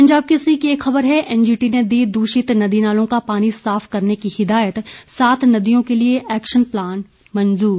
पंजाब केसरी की एक खबर है एनजीटी ने दी दूषित नदी नालों का पानी साफ करने की हिदायत सात नदियों के लिए एक्शन प्लान मंजूर